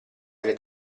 alle